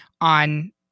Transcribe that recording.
on